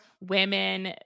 women